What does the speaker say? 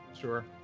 Sure